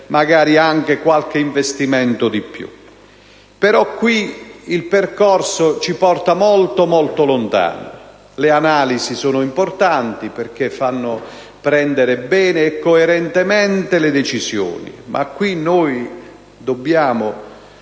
in più. Il percorso ci porta molto lontano. Le analisi sono importanti perché fanno prendere bene e coerentemente le decisioni, ma qui noi dobbiamo